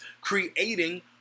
creating